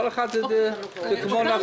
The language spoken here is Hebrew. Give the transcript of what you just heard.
זה כמו נצרת.